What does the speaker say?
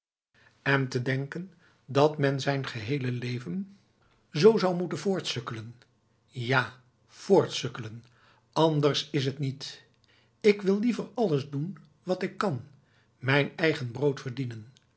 en te denken dat men zijn geheele leven zoo zou moeten voortsukkelen ja voortsukkelen anders is het niet ik wil liever alles doen wat ik kan mijn eigen brood verdienen